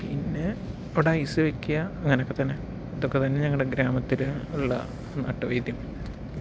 പിന്നെ അവിടെ ഐസ് വെയ്ക്കുക അങ്ങനെയൊക്കെ തന്നെ ഇതൊക്കെ തന്നെ ഞങ്ങളുടെ ഗ്രാമത്തില് ഉള്ള നാട്ടുവൈദ്യം